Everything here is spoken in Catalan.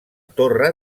torre